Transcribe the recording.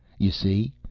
you see?